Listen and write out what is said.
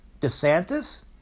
DeSantis